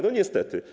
No niestety.